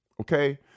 Okay